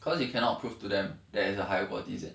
cause you cannot prove to them that is a higher quality eh